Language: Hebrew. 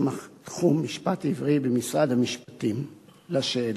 תחום משפט עברי במשרד המשפטים על השאלות: